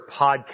podcast